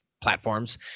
platforms